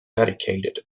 educated